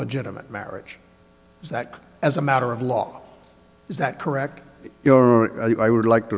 legitimate marriage is that as a matter of law is that correct you or i would like to